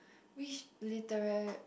which literal